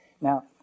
Now